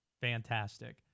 Fantastic